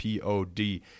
pod